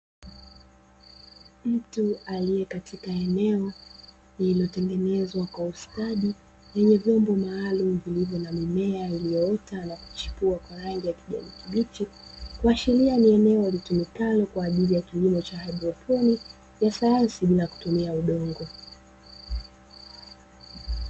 Mtu aliyekatika eneo lilotengenezwa kwa ustadi yenye vyombo maalum, vilivyo na mimea iliota na kuchepua kwa rangi ya kijani kibichi. Kushiria ni eneo litumikalo kwa ajili kilimo cha haidroponiki ya sayansi bila kutumia udongo.